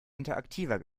interaktiver